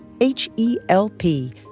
H-E-L-P